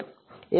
1